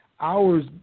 hours